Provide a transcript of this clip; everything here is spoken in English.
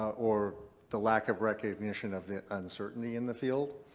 or the lack of recognition of the uncertainty in the field.